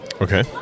Okay